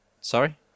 Sorry